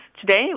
today